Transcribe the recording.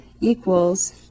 equals